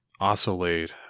Oscillate